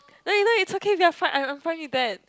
no no is okay we are fine I am fine with that